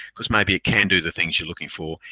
because maybe it can do the things you're looking for.